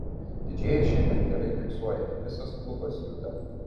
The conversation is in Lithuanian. didžėjus šiandien gerai miksuoja visas klubas juda